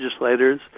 legislators